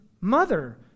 mother